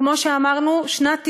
כמו שאמרנו, שנת 1997,